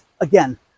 Again